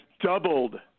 doubled